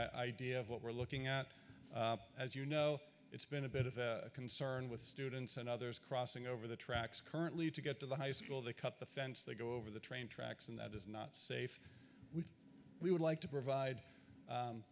idea of what we're looking at as you know it's been a bit of a concern with students and others crossing over the tracks currently to get to the high school they cut the fence they go over the train tracks and that is not safe we would like to provide